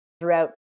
throughout